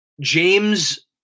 James